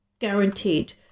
guaranteed